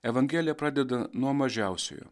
evangelija pradedant nuo mažiausiojo